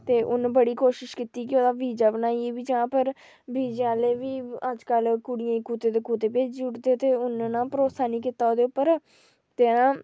ते उ'न्न बड़ी कोशिश कीती की ओह्दा बीजा बनाइयै बी जां पर बीजा आह्ले बी अजकल कुड़ियें गी कुतै दे कुतै भेजी उड़दे ते उ'न्नै न भरोसा नेईं कीता ओह्दे उप्पर